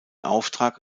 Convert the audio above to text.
auftrag